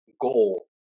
goal